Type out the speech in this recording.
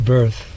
Birth